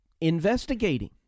investigating